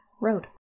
road